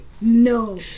No